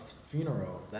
funeral